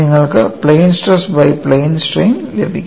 നിങ്ങൾക്ക് plain stress by plain strain ലഭിക്കും